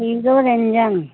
hero ranger